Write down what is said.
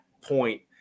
point